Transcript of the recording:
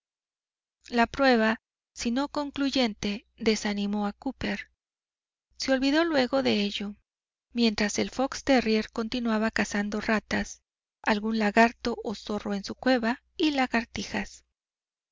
la prueba si no concluyente desanimó a cooper se olvidó luego de ello mientras el fox terrier continuaba cazando ratas algún lagarto o zorro en su cueva y lagartijas